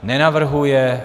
Nenavrhuje.